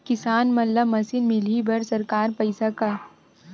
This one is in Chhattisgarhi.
किसान मन ला मशीन मिलही बर सरकार पईसा का?